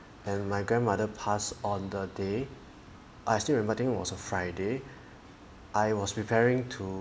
and my grandmother pass on the day I still remember think was a friday I was preparing to